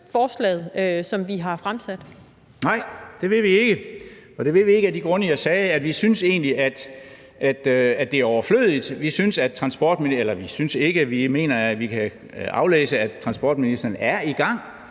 Henning Hyllested (EL): Nej, det vil vi ikke, og det vil vi ikke af de grunde, jeg nævnte. Vi synes egentlig, det er overflødigt. Vi mener, at vi kan aflæse, at transportministeren er i gang